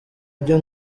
byo